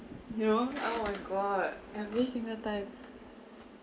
you know oh my god every single time